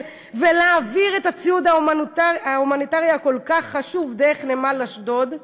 ולהעביר את הציוד ההומניטרי הכל-כך חשוב דרך נמל אשדוד,